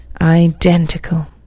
Identical